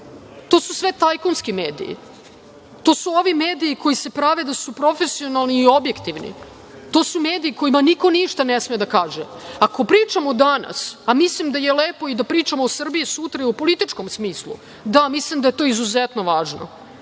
su sve tajkunski mediji. To su ovi mediji koji se prave da su profesionalni objektivni. To su mediji kojima niko ništa ne sme da kaže. Ako pričamo danas, a mislim da je lepo i da pričamo o Srbiji sutra i u političkom smislu, da, mislim da je to izuzetno važno,